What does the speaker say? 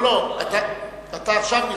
לא, לא, אתה עכשיו נרשמת,